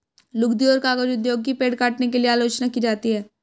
लुगदी और कागज उद्योग की पेड़ काटने के लिए आलोचना की जाती है